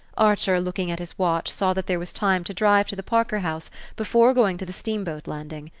archer, looking at his watch, saw that there was time to drive to the parker house before going to the steamboat landing.